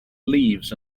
leaves